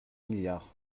milliards